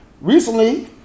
Recently